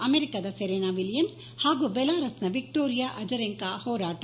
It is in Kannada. ಅಮೆರಿಕದ ಸೆರೆನಾ ವಿಲಿಯಮ್ಸ್ ಹಾಗೂ ಬೆಲಾರಸ್ನ ವಿಕ್ವೋರಿಯಾ ಅಜರೆಂಕಾ ಹೋರಾಟ